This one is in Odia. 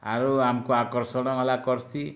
ଆରୁ ଆମ୍କୁ ଆକର୍ଷଣ ଗଲା କର୍ସି